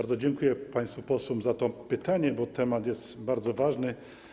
Bardzo dziękuję państwu posłom za to pytanie, bo temat jest bardzo ważny.